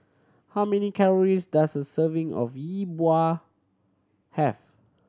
how many calories does a serving of Yi Bua have